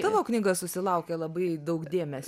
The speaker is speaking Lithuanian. tavo knyga susilaukė labai daug dėmesio